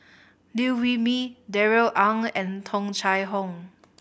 Liew Wee Mee Darrell Ang and Tung Chye Hong